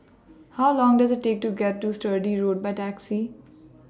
How Long Does IT Take to get to Sturdee Road By Taxi